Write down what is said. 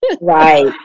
Right